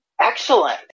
Excellent